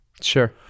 Sure